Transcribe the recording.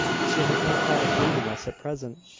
she has no thought of leaving us at present.